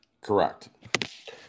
Correct